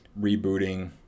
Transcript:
rebooting